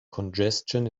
congestion